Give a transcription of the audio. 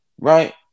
Right